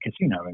casino